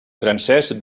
francès